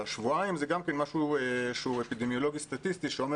השבועיים הוא משהו אפידמיולוגי סטטיסטי שאומר